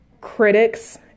critics